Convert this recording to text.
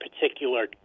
particular